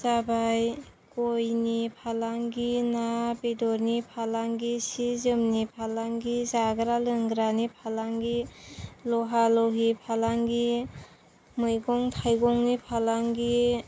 जाबाय गयनि फालांगि ना बेदरनि फालांगि सि जोमनि फालांगि जाग्रा लोंग्रानि फालांगि लहा लहि फालांगि मैगं थाइगंनि फालांगि